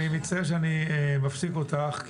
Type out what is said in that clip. אני מצטער שאני מפסיק אותך,